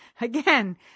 again